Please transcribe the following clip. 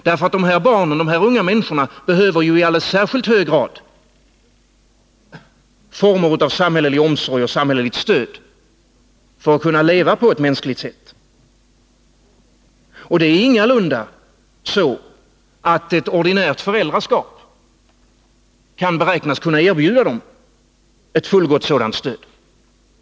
De unga människor det här gäller behöver i alldeles särskilt hög grad former av samhällelig omsorg och samhälleligt stöd för att kunna leva på ett mänskligt sätt. Det är ingalunda så att ett ordinärt föräldraskap kan beräknas erbjuda dem ett fullgott sådant stöd.